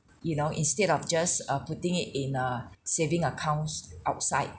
you now instead of just uh putting it in a saving accounts outside